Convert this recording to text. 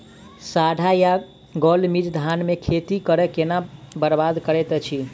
साढ़ा या गौल मीज धान केँ खेती कऽ केना बरबाद करैत अछि?